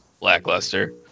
lackluster